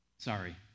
Sorry